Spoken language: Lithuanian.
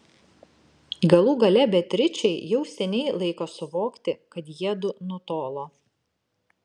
galų gale beatričei jau seniai laikas suvokti kad jiedu nutolo